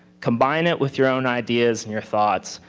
combine it with your own ideas and your thoughts.